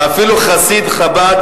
ואפילו חסיד חב"ד,